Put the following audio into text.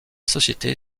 société